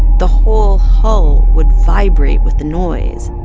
the whole hull would vibrate with the noise,